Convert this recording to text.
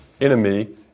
enemy